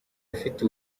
afite